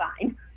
fine